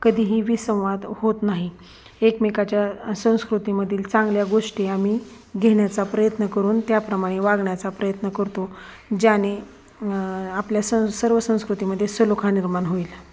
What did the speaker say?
कधीही विसंवाद होत नाही एकमेकाच्या संस्कृतीमधील चांगल्या गोष्टी आम्ही घेण्याचा प्रयत्न करून त्याप्रमाणे वागण्याचा प्रयत्न करतो ज्याने आपल्या सं सर्व संस्कृतीमध्ये सलोखा निर्माण होईल